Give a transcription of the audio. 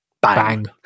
bang